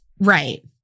right